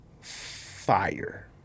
fire